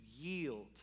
yield